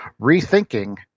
rethinking